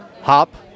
hop